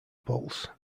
pulse